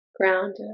grounded